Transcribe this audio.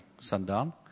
sundown